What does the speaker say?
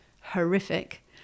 horrific